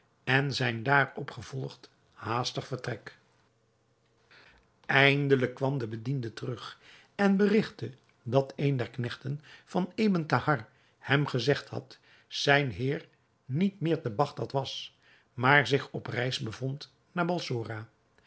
en zijn daarop gevolgd haastig vertrek eindelijk kwam de bediende terug en berigtte dat een der knechten van ebn thahar hem gezegd had zijn heer niet meer te bagdad was maar zich op reis bevond naar